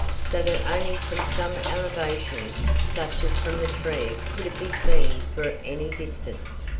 so that only from some elevation such as from the tree could it be seen for any distance.